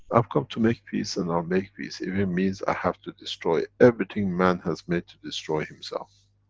i've come to make peace and i'll make peace, if it means i have to destroy everything man has made to destroy himself.